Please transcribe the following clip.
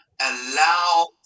allow